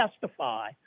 testify